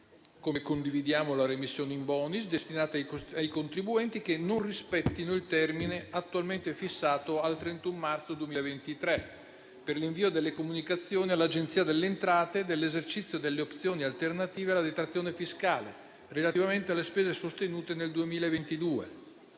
modo condividiamo la remissione *in bonis* destinata ai contribuenti che non rispettino il termine attualmente fissato al 31 marzo 2023 per l'invio delle comunicazioni all'Agenzia delle entrate dell'esercizio delle opzioni alternative alla detrazione fiscale, relativamente alle spese sostenute nel 2022